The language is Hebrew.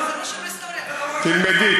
היסטוריה, תלמדי,